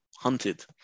Hunted